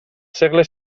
segle